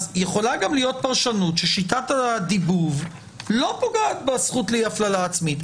יכולה גם להיות פרשנות ששיטת הדיבוב לא פוגעת בזכות לאי הפללה עצמית.